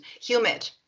humid